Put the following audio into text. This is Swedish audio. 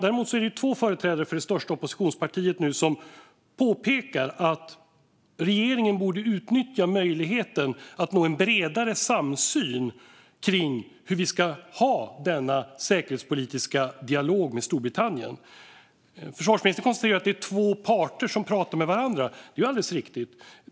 Däremot är det två företrädare för det största oppositionspartiet som nu påpekar att regeringen borde utnyttja möjligheten att nå en bredare samsyn kring hur vi ska ha denna säkerhetspolitiska dialog med Storbritannien. Försvarsministern konstaterar att det är två parter som pratar med varandra. Det är alldeles riktigt.